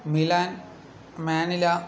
Milan Manila